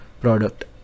product